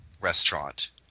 restaurant